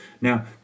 Now